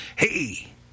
Hey